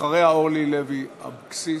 אחריה, אורלי לוי אבקסיס.